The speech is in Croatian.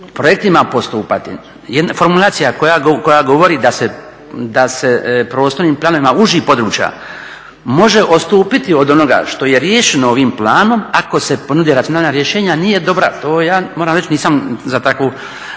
projektima postupati. Jedna formulacija koja govori da se prostornim planovima užih područja može odstupiti od onoga što je riješeno ovim planom ako se ponude racionalna rješenja, nije dobra, to ja moram reći, nisam za takvu